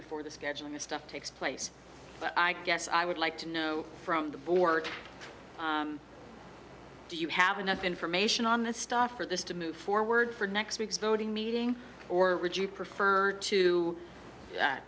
before the scheduling of stuff takes place but i guess i would like to know from the board do you have enough information on the stuff for this to move forward for next week's voting meeting or would you prefer to